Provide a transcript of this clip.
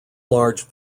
large